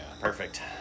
Perfect